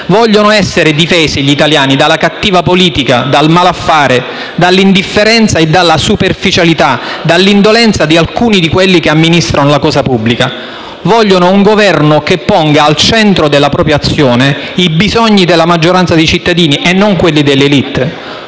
vogliono essere difesi dalla cattiva politica, dal malaffare, dall'indifferenza, dalla superficialità e dall'indolenza di alcuni tra coloro che amministrano la cosa pubblica. Vogliono un Governo che ponga al centro della propria azione i bisogni della maggioranza dei cittadini e non quelli delle *élite*.